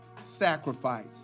sacrifice